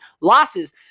losses